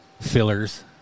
fillers